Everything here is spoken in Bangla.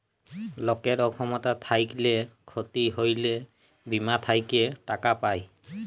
লকের অক্ষমতা থ্যাইকলে ক্ষতি হ্যইলে বীমা থ্যাইকে টাকা পায়